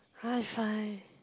high five